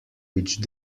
which